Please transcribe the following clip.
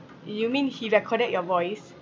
you mean he recorded your voice